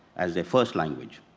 as their first language.